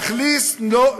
להכניס לו,